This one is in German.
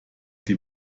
die